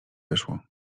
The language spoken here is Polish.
wyszło